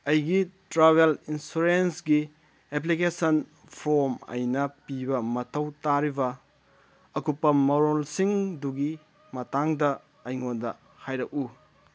ꯑꯩꯒꯤ ꯇ꯭ꯔꯥꯕꯦꯜ ꯏꯟꯁꯨꯔꯦꯟꯁꯀꯤ application form ꯑꯩꯅ ꯄꯤꯕ ꯃꯊꯧ ꯇꯥꯔꯤꯕ ꯑꯀꯨꯞꯄ ꯃꯔꯣꯜꯁꯤꯡꯗꯨꯒꯤ ꯃꯇꯥꯡꯗ ꯑꯩꯉꯣꯟꯗ ꯍꯥꯏꯔꯛꯎ